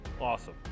Awesome